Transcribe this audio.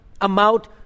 amount